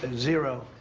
but zero,